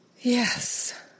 Yes